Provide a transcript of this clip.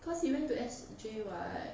cause he went to S_J [what]